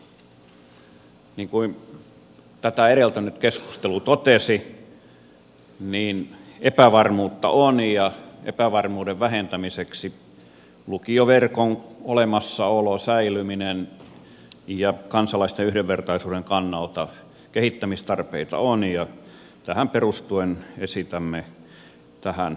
niin kuin tätä edeltänyt keskustelu totesi epävarmuutta on ja epävarmuuden vähentämiseksi lukioverkon olemassaolon ja säilymisen ja kansalaisten yhdenvertaisuuden kannalta kehittämistarpeita on ja tähän perustuen esitämme tähän lisää